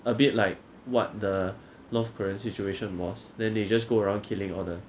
a bit like what the north korean situation was then they just go around killing all the